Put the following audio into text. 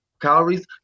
calories